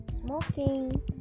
smoking